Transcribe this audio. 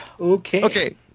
Okay